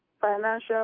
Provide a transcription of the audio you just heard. financial